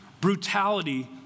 brutality